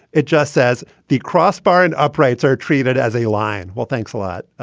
it just says the crossbar and uprights are treated as a line. well, thanks a lot.